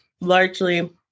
largely